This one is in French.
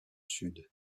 sud